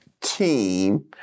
team